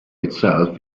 itself